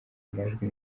amajwi